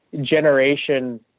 generation